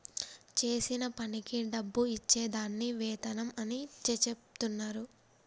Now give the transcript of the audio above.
చేసిన పనికి డబ్బు ఇచ్చే దాన్ని వేతనం అని చెచెప్తున్నరు